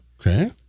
Okay